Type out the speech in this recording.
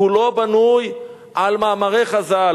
כולו בנוי על מאמרי חז"ל.